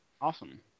Awesome